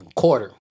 Quarter